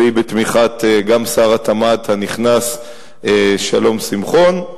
והיא גם בתמיכת שר התמ"ת הנכנס שלום שמחון.